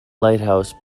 lighthouse